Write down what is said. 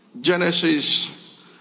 genesis